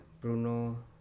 Bruno